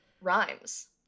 rhymes